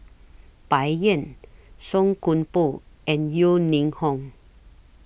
Bai Yan Song Koon Poh and Yeo Ning Hong